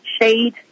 shade